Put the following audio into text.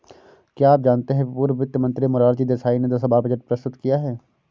क्या आप जानते है पूर्व वित्त मंत्री मोरारजी देसाई ने दस बार बजट प्रस्तुत किया है?